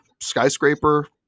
skyscraper